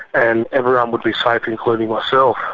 and everyone would be safe including myself.